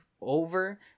over